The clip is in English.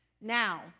Now